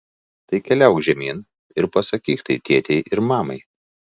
tai keliauk žemyn ir pasakyk tai tėtei ir mamai